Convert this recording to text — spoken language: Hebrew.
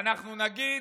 ואנחנו נגיד: